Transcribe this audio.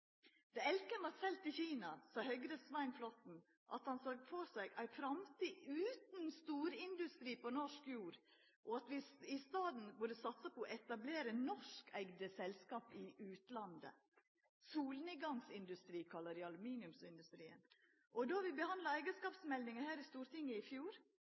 Då Elkem vart seld til Kina, sa Høgres Svein Flåtten at han såg for seg ei framtid utan storindustri på norsk jord, og at vi i staden burde satsa på å etablera norskeide selskap i utlandet. Solnedgangsindustri, kalla dei aluminiumsindustrien. Og då vi behandla eigarskapsmeldinga her i Stortinget i fjor,